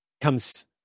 comes